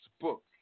book